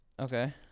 Okay